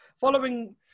Following